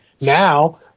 Now